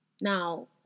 now